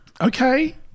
okay